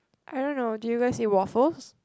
I don't know do you guys eat waffles